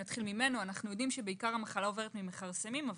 אנחנו יודעים שהמחלה עוברת בעיקר ממכרסמים,